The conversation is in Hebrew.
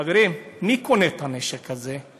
חברים, מי קונה את הנשק הזה?